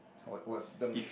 what was term